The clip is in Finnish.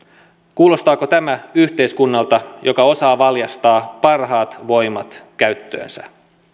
kuulostaako tämä yhteiskunnalta joka osaa valjastaa parhaat voimat käyttöönsä